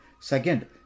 Second